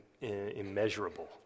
immeasurable